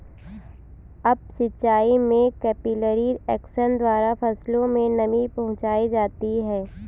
up सिचाई में capillary action द्वारा फसलों में नमी पहुंचाई जाती है